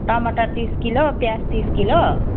टमटर तिस किलो प्याज तिस किलो